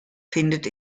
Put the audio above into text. findet